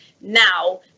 now